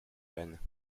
graines